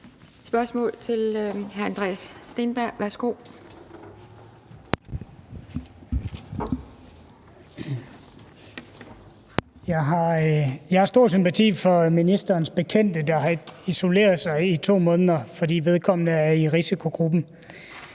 Værsgo. Kl. 18:25 Andreas Steenberg (RV): Jeg har stor sympati for ministerens bekendte, der har isoleret sig i 2 måneder, fordi vedkommende er i risikogruppen.